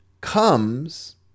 comes